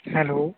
hello